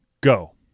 go